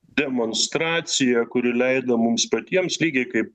demonstracija kuri leido mums patiems lygiai kaip